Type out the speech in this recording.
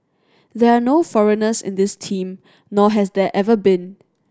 there are no foreigners in this team nor has there ever been